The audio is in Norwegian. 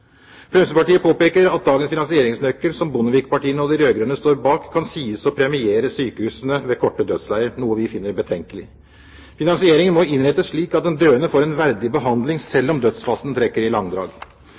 Fremskrittspartiet påpeker at dagens finansieringsnøkkel som «Bondevik-partiene» og de rød-grønne står bak, kan sies å premiere sykehusene ved korte dødsleier, noe vi finner betenkelig. Finansiering må innrettes slik at den døende får en verdig behandling,